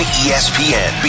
espn